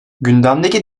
gündemdeki